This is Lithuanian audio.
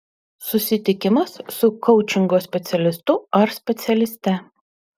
susitikimas su koučingo specialistu ar specialiste